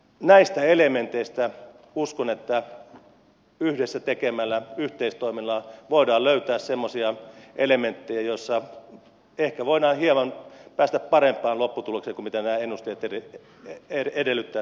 näistä elementeistä uskon että yhdessä tekemällä yhteistoiminnalla voidaan löytää semmoisia elementtejä joissa ehkä voidaan päästä hieman parempaan lopputulokseen kuin mitä nämä ennusteet edellyttävät